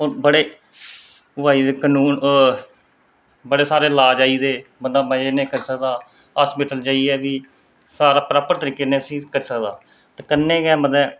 हून बड़े ओह् आई दे बड़े सारे इलाज आई दे बंदा करी सकदा हस्पिटल च जाईयै बी सारा प्रापर तरीके नै करी सकदा कन्नै गैै उसी